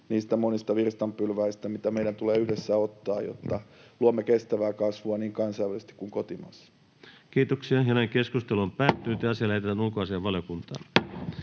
niistä monista virstanpylväistä, mitä meidän tulee yhdessä ottaa, jotta luomme kestävää kasvua niin kansainvälisesti kuin kotimaassa. Lähetekeskustelua varten esitellään päiväjärjestyksen 8. asia.